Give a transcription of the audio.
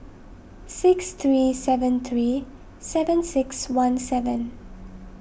six three seven three seven six one seven